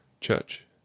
Church